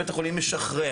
בית החולים משחרר,